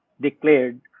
declared